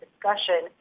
discussion